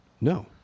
No